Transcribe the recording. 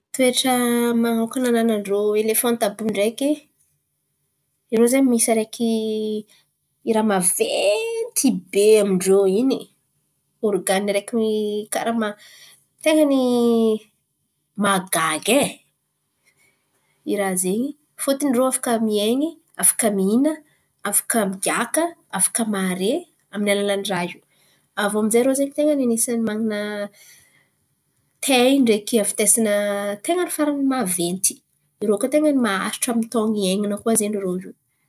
Toetra man̈okana hanan̈any elefan àby io, irô zen̈y misy raha araiky maventy be amin-drô in̈y. Organ̈y araiky karà ten̈any mahagaga raha zen̈y fôtiny irô afaka miain̈y, afaka mihin̈a, afaka migiaka, afaka mahare amy ny alalan'n̈y raha io. Aviô amin'zay irô zen̈y ten̈a anisan̈y man̈ana taily ndraiky havintesin̈a ten̈any faran̈y maventy, irô koa ten̈a maharitry amy ny taono hiain̈ana irô io.